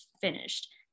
finished